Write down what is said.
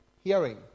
hearing